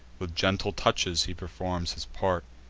with gentle touches he performs his part,